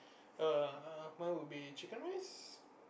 err mine would be chicken rice